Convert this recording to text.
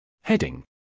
Heading